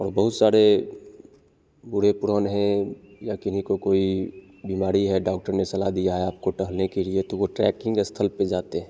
और बहुत सारे बूढ़े पुरान हैं या किन्हीं को कोई बीमारी है डॉक्टर ने सलाह दिया है आपको टहलने के लिए तो वो ट्रैकिंग स्थल पे जाते हैं